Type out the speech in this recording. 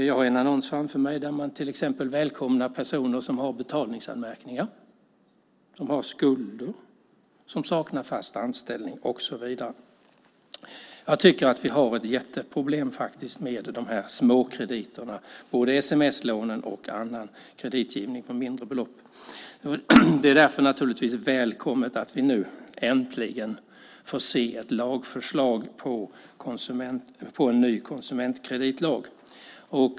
Jag har en annons framför mig där man till exempel välkomnar personer som har betalningsanmärkningar, som har skulder, som saknar fast anställning och så vidare. Jag tycker att vi har ett jätteproblem med de här småkrediterna, både sms-lånen och annan kreditgivning på mindre belopp. Det är därför naturligtvis välkommet att vi nu äntligen får se ett lagförslag på en ny konsumentkreditlag.